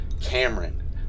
Cameron